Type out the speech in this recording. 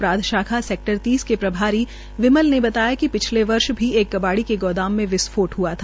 अपराध शाखा सेक्टर तीस के प्रभारी विमल ने बताया कि पिछले वर्ष भी एक कबाड़ी के गोदाम में विस्फोट हआ था